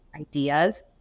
ideas